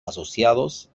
asociados